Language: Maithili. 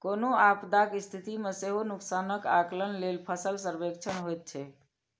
कोनो आपदाक स्थिति मे सेहो नुकसानक आकलन लेल फसल सर्वेक्षण होइत छैक